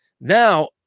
Now